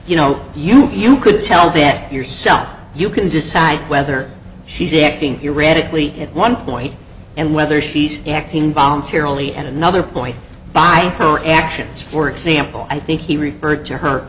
you know you you could tell that yourself you can decide whether she's acting erratic lete at one point and whether she's acting voluntarily and another point by her actions for example i think he referred to h